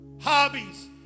Hobbies